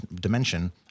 dimension